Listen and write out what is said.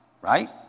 right